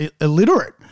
illiterate